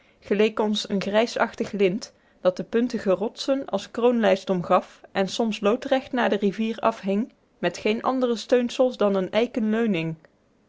geleek ons een grijsachtig lint dat de puntige rotsen als een kroonlijst omgaf en soms loodrecht naar de rivier afhing met geen andere steunsels dan een eiken leuning